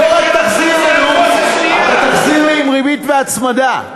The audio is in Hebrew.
אתה תחזיר לי עם ריבית והצמדה,